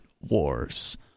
wars